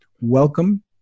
welcome